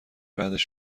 بعدش